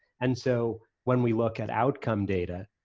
and so when we look at outcome data,